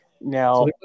Now